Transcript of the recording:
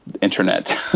internet